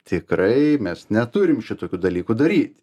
tikrai mes neturim šitokių dalykų daryt